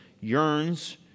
yearns